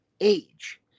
age